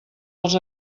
els